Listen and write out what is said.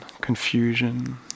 confusion